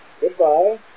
goodbye